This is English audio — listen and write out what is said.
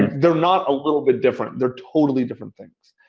they're not a little bit different. they're totally different things.